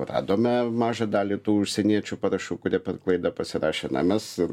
radome mažą dalį tų užsieniečių parašų kurie per klaidą pasirašė na mes